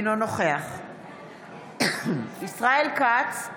אינו נוכח ישראל כץ,